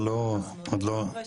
אבל עוד לא --- דבר ראשון,